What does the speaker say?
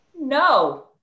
no